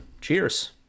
Cheers